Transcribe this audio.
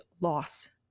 loss